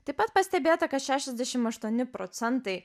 taip pat pastebėta kad šešiasdešim aštuoni procentai